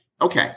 Okay